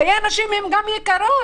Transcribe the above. חיי הנשים גם יקרים.